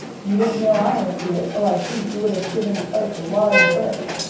you didn't know i was here, or i think you would have given the place a wide berth.